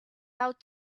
out